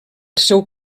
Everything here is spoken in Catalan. seu